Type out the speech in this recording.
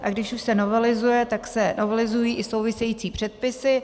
A když už se novelizuje, tak se novelizují i související předpisy.